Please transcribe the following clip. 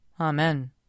Amen